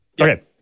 Okay